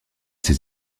ses